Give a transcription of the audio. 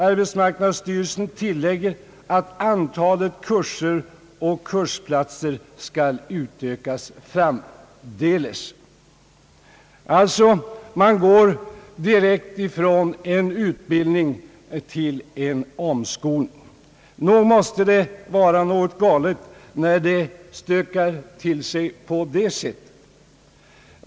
Arbetsmarknadsstyrelsen tillägger att antalet kurser och kursplatser skall utökas framdeles. Man går alltså direkt från en utbildning till en omskolning. Nog måste det vara något galet när det stökar till sig på det sättet.